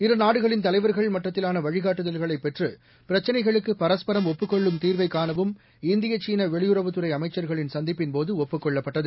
இருநாடுகளின் தலைவர்கள் மட்டத்திவாள வழிகாட்டுதல்களை பெற்று பிரச்சிளைகளுக்கு பரஸ்பரம் ஒப்புக் கொள்ளும் தீர்வை காணவும் இந்திய சீன வெளியுறவுத்துறை அமைச்சர்களின் சந்திப்பின்போது ஒப்புக் கொள்ளப்பட்டது